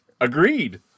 Agreed